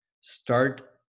start